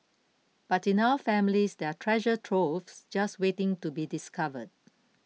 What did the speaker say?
but in our families there are treasure troves just waiting to be discovered